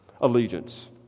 Allegiance